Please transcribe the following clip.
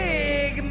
Big